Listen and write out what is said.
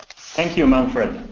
thank you, manfred.